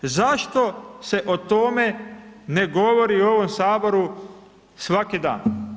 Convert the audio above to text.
Zašto se o tome ne govori u ovom Saboru svaki dan?